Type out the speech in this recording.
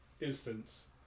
instance